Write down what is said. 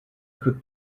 could